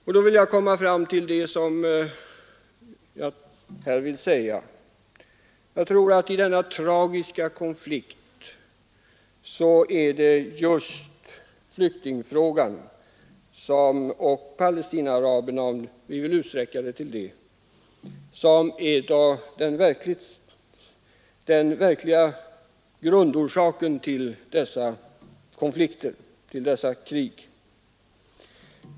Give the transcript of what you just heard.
Det jag vill komma fram till är att det i denna tragiska konflikt är just flyktingfrågan — och Palestinaaraberna, om vi vill utsträcka problemet till att gälla dem — som är den verkliga grundorsaken till dessa konflikter och krig.